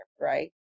right